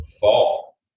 fall